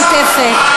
מה זה אירוע נוסף?